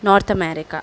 North America